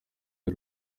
iri